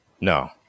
No